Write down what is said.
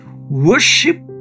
worship